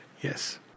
Yes